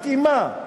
מתאימה.